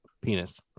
penis